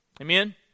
Amen